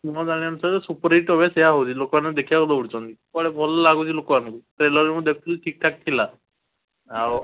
ତୁମ ଜାଣିବା ଅନୁସାରେ ସୁପରହିଟ୍ ଭାବେ ସେଇଆ ହଉଛି ଲୋକମାନେ ଦେଖିବାକୁ ଦୌଡ଼ୁଛନ୍ତି କୁଆଡ଼େ ଭଲ ଲାଗୁଛି ଲୋକମାନଙ୍କୁ ଟ୍ରେଲର ବି ମୁଁ ଦେଖୁଥିଲି ଠିକ୍ଠାକ୍ ଥିଲା ଆଉ